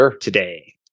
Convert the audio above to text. today